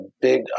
big